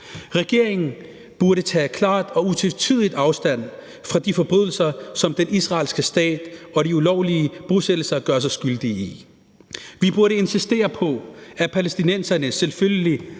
Regeringen burde tage klart og utvetydigt afstand fra de forbrydelser, som den israelske stat og de ulovlige bosættelser gør sig skyldig i. Vi burde insistere på, at palæstinenserne selvfølgelig